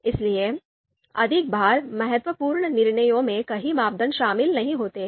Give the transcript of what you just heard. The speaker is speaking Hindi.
इसलिए अधिक बार महत्वपूर्ण निर्णयों में कई मापदंड शामिल नहीं होते हैं